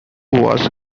was